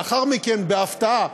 לאחר מכן, בהפתעה,